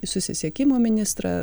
susisiekimo ministrą